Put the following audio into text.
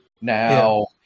Now